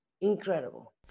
incredible